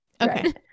okay